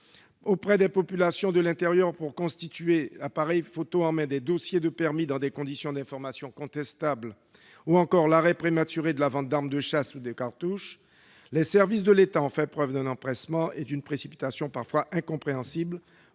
auprès des populations de l'intérieur pour constituer, appareil photo en main, des dossiers de permis dans des conditions d'information contestables et l'arrêt prématuré de la vente d'armes de chasse et de cartouches, les services de l'État ont fait preuve d'un empressement et d'une précipitation incompréhensibles,